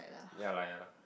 ya lah ya lah